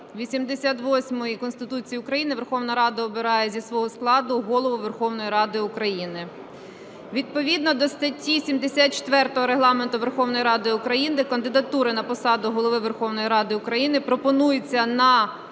88 Конституції України Верховна Рада обирає зі свого складу Голову Верховної Ради України. Відповідно до статті 74 Регламенту Верховної Ради України кандидатури на посаду Голови Верховної Ради України пропонуються на